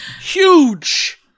huge